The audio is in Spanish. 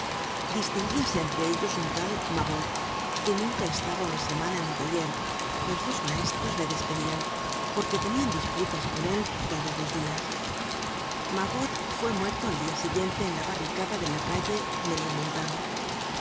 distinguíase entre ellos un tal mavot que nunca estaba una semana en un taller pues los maestros le despedian porque content from google book search generated at tenian disputas con él todos los dias mavot fue muerto al dia siguiente en la barricada de la calle